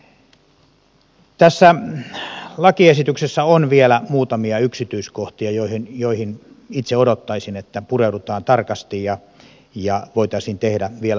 tässä lakiesityksessä on vielä muutamia yksityiskohtia joihin itse odottaisin että pureuduttaisiin tarkasti ja voitaisiin tehdä vielä muutoksiakin